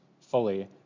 fully